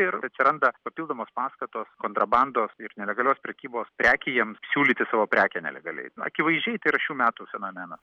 ir atsiranda papildomos paskatos kontrabandos ir nelegalios prekybos prekijams siūlyti savo prekę nelegaliai akivaizdžiai ir šių metų fenomenas